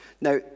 Now